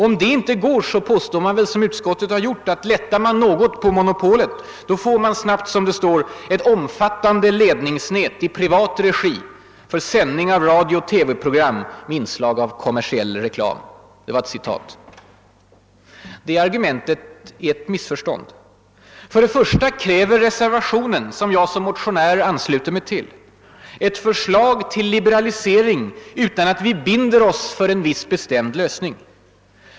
Om det inte går påstår man väl, som utskottet har gjort, att lättar man något på monopolet får man snabbt ett »omfattande ledningsnät i privat regi för sändning av radiooch TV-program med inslag av kommersiell reklam». Det argumentet är ett missförstånd. För det första krävs i reservationen, som jag såsom motionär ansluter mig till, ett förslag till liberalisering utan att vi binder oss för en viss bestämd lösning.